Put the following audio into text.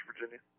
Virginia